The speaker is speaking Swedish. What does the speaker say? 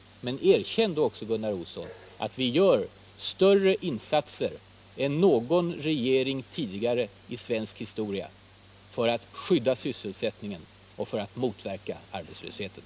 Men erkänn då också, Gunnar Olsson, att vi gör större insatser än någon regering tidigare i svensk historia för att skydda sysselsättningen och motverka arbetslösheten!